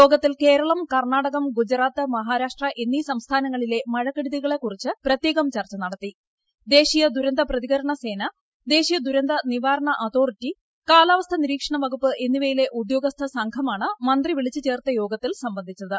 യോഗത്തിൽ കേർളം കർണ്ണാടകം ഗുജറാത്ത് മഹാരാഷ്ട്ര എന്നീ സംസ്ഥാനങ്ങളിലെ മഴ കെടുതികളെ കുറിച്ച് പ്രത്യേകം ചർച്ച നടത്തികൃ ദ്ദേശീയ ദുരന്ത പ്രതികരണ സേന ദേശീയ ദുരന്ത നിവാരണ് പൂർത്തോറിട്ടി കാലാവസ്ഥാ നിരീക്ഷണ വകുപ്പ് എന്നിവയിലെ ്ട്രുഉദ്യോഗസ്ഥ സംഘമാണ് മന്ത്രി വിളിച്ചു ചേർത്ത യോഗത്തിൽ സംബന്ധിച്ചത്